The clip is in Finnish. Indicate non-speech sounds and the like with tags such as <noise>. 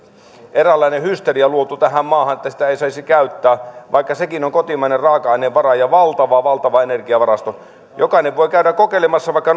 hysteria luotu tähän maahan että sitä ei saisi käyttää vaikka sekin on kotimainen raaka ainevara ja valtava valtava energiavarasto jokainen voi käydä tätä kokeilemassa vaikka <unintelligible>